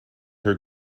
her